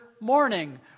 morning